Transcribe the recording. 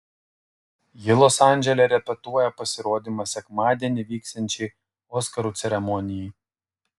ji los andžele repetuoja pasirodymą sekmadienį vyksiančiai oskarų ceremonijai